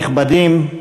כלל האורחים הנכבדים,